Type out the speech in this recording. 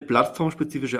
plattformspezifische